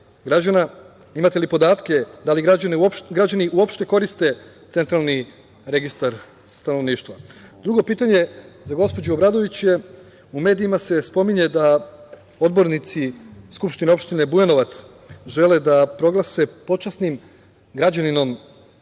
građana? Imate li podatke da li građani uopšte koriste Centralni registar stanovništva? Drugo pitanje za gospođu Obradović je sledeće. U medijima se spominje da odbornici SO Bujanovac žele da proglase počasnim građaninom